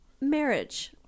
Marriage